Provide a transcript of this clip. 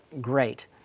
great